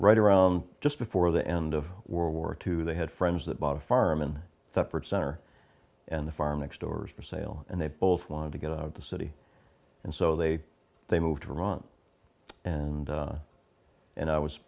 right around just before the end of world war two they had friends that bought a farm in separate center and the farm next door's for sale and they both wanted to get out of the city and so they they moved to vermont and and i was